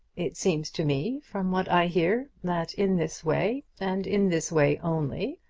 it seems to me, from what i hear, that in this way, and in this way only,